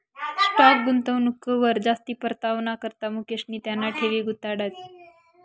stock गुंतवणूकवर जास्ती परतावाना करता मुकेशनी त्याना ठेवी गुताड्यात